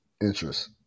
interest